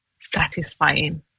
satisfying